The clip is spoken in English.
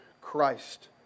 Christ